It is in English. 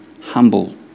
humble